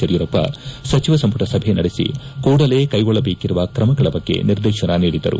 ಯಡಿಯೂರಪ್ಪ ಸಚಿವ ಸಂಪುಟ ಸಭೆ ನಡೆಸಿ ಕೂಡಲೇ ಕೈಗೊಳ್ಳಬೇಕಿರುವ ಕ್ರಮಗಳ ಬಗ್ಗೆ ನಿರ್ದೇಶನ ನೀಡಿದರು